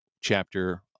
chapter